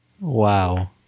Wow